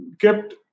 kept